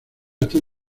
están